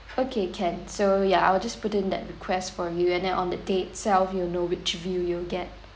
okay can so ya I will just put in that request for you and then on the date itself you know which view you'll get